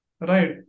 Right